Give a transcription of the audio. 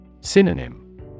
Synonym